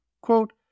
Quote